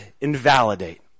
invalidate